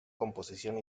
composición